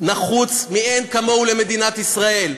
נחוץ מאין כמוהו למדינת ישראל.